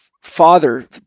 father